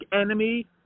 enemy